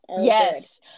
Yes